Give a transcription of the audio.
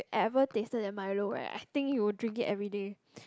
ever tasted that Milo right I think you will drink it everyday